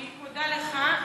אני מודה לך.